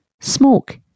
Smoke